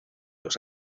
los